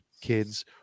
kids